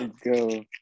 go